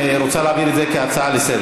את רוצה להעביר את זה כהצעה לסדר-היום,